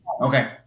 Okay